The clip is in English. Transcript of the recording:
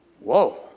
Whoa